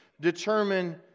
determine